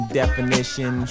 definition